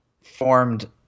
formed